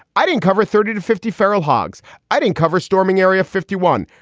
i didn't cover thirty to fifty feral hogs. i didn't cover storming area fifty one.